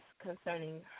concerning